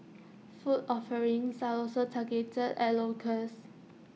food offerings are also targeted at locals